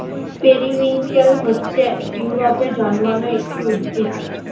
periwinkle হচ্ছে ইউরোপে জন্মানো একটি উদ্ভিদ